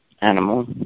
animal